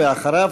ואחריו,